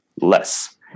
less